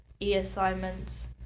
e-assignments